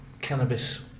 cannabis